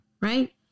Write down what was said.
Right